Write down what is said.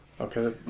Okay